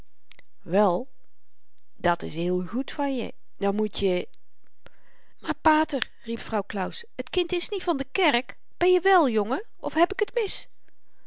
wèl dat is heel goed van je dan moet je maar pater riep vrouw claus t kind is niet van de kerk ben je wèl jongen of heb ik t mis